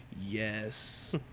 Yes